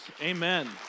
Amen